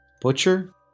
Butcher